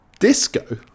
disco